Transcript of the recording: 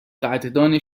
قدردان